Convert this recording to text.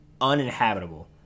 uninhabitable